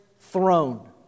throne